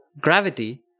gravity